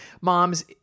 moms